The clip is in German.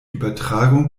übertragung